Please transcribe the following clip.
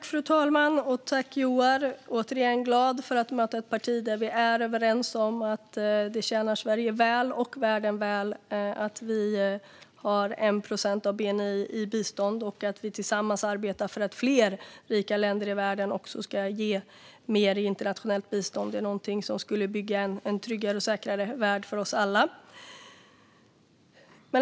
Fru talman! Återigen är jag glad att möta ett parti med vilket vi är överens om att det tjänar Sverige och världen väl att vi har 1 procent av bni i bistånd och arbetar tillsammans med för att fler rika länder i världen också ska ge mer i internationellt bistånd. Det är någonting som skulle bygga en tryggare och säkrare värld för oss alla.